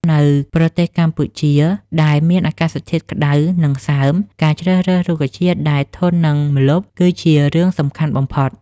នៅប្រទេសកម្ពុជាដែលមានអាកាសធាតុក្តៅ និងសើម ការជ្រើសរើសរុក្ខជាតិដែលធន់នឹងម្លប់គឺជារឿងសំខាន់បំផុត